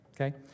Okay